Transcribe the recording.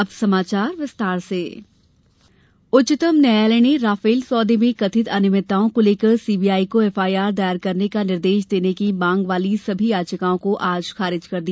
Rafale सौदा उच्चतम न्यायालय उच्चतम न्यायालय ने राफेल सौदे में कथित अनियमितताओं को लेकर सीबीआई को एफआईआर दायर करने का निर्देश देने की मांग वाली सभी याचिकाओं को आज खारिज कर दिया